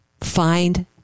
find